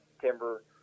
timber